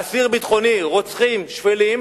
אסירים ביטחוניים, רוצחים שפלים,